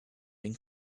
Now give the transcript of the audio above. been